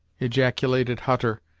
ejaculated hutter,